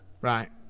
Right